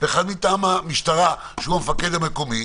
ואחד מטעם המשטרה שהוא המפקד המקומי,